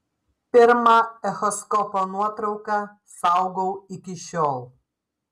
pirmą echoskopo nuotrauką saugau iki šiol